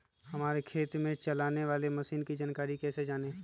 हमारे खेत में चलाने वाली मशीन की जानकारी कैसे जाने?